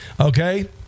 Okay